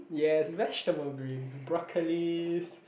yes vegetable green broccolis